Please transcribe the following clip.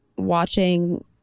watching